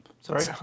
sorry